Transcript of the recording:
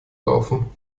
laufen